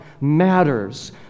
matters